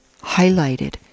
highlighted